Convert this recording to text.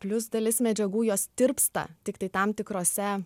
plius dalis medžiagų jos tirpsta tiktai tam tikrose